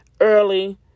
early